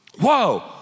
Whoa